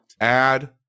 add